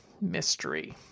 mystery